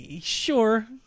Sure